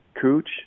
Cooch